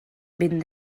vent